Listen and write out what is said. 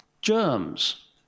germs